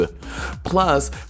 Plus